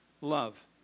love